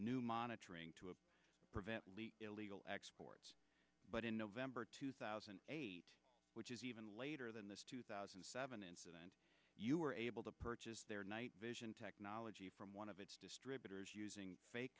new monitoring to prevent illegal exports but in november two thousand and eight which is even later than this two thousand and seven incident you were able to purchase their night vision technology from one of its distributors using